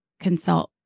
consult